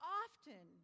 often